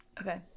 Okay